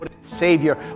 Savior